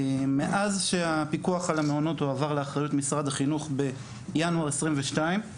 מאז שהפיקוח על המעונות הועבר לאחריות משרד החינוך בינואר 2022,